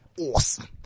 Awesome